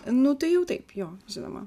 nu tai jau taip jo žinoma